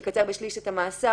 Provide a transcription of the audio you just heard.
לקצר בשליש את המאסר,